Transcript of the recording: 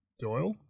Doyle